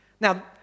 Now